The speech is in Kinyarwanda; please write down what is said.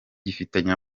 gifitanye